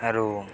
ଆରୁ